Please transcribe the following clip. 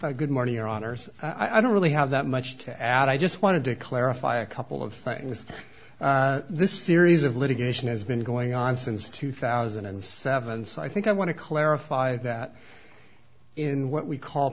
it good morning your honor i don't really have that much to add i just wanted to clarify a couple of things this series of litigation has been going on since two thousand and seven so i think i want to clarify that in what we call